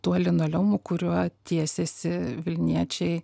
tuo linoleumu kuriuo tiesėsi vilniečiai